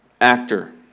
actor